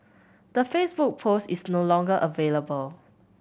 the Facebook post is no longer available